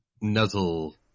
nuzzle